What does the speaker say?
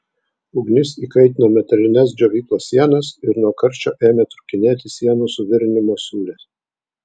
ugnis įkaitino metalines džiovyklos sienas ir nuo karščio ėmė trūkinėti sienų suvirinimo siūlės